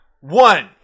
One